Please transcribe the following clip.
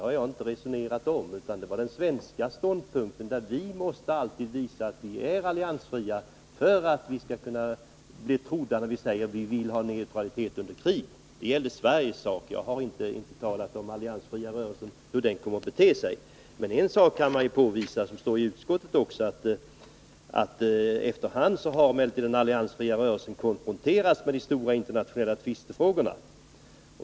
Det har jag inte resonerat om, utan vad jag talade om var den svenska ståndpunkten, att vi alltid måste visa att vi är alliansfria för att vi skall bli trodda, när vi hävdar vår neutralitet i krig. Detta gäller alltså Sveriges sak. Jag har inte talat om hur den alliansfria rörelsen kommer att bete sig. Men en sak kan påvisas — det står också i utskottsbetänkandet —, nämligen att den alliansfria rörelsen efter hand har konfronterats med de stora internationella tvistefrågorna.